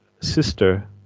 sister